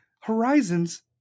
Horizons